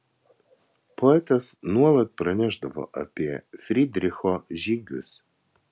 poetas nuolat pranešdavo apie frydricho žygius